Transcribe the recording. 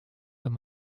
wenn